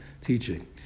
teaching